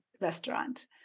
restaurant